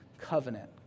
covenant